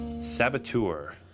saboteur